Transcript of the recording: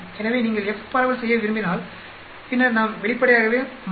எனவே நீங்கள் f பரவல் செய்ய விரும்பினால் பின்னர் நாம் வெளிப்படையாகவே மற்ற